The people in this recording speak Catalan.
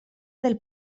del